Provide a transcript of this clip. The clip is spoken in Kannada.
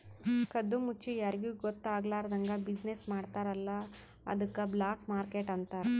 ಕದ್ದು ಮುಚ್ಚಿ ಯಾರಿಗೂ ಗೊತ್ತ ಆಗ್ಲಾರ್ದಂಗ್ ಬಿಸಿನ್ನೆಸ್ ಮಾಡ್ತಾರ ಅಲ್ಲ ಅದ್ದುಕ್ ಬ್ಲ್ಯಾಕ್ ಮಾರ್ಕೆಟ್ ಅಂತಾರ್